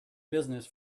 business